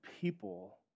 people